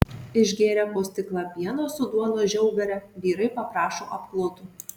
išgėrę po stiklą pieno su duonos žiaubere vyrai paprašo apklotų